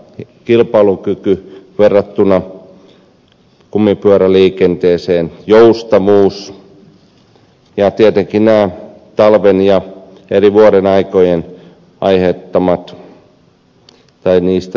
hinta kilpailukyky verrattuna kumipyöräliikenteeseen joustavuus ja tietenkin talvesta ja eri vuodenajoista johtuvat palvelutasovaatimukset